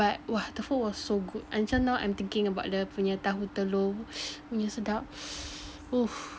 but !wah! the food was so good until now I'm thinking about dia punya tahu telur !wah! sedap !oof!